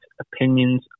opinions